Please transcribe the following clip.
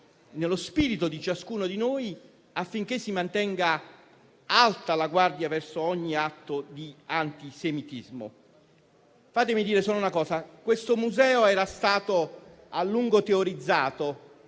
nello spirito di ciascuno di noi, affinché si mantenga alta la guardia verso ogni atto di antisemitismo. Fatemi dire solo una cosa: il Museo è stato a lungo teorizzato